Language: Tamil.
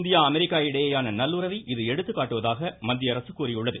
இந்தியா அமெரிக்கா இடையேயான நல்லுறவை இது எடுத்துக்காட்டுவதாக மத்தியஅரசு கூறியுள்ளது